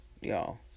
Y'all